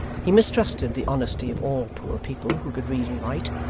he mistrusted the honesty of all poor people who could read and write,